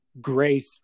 grace